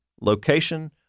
location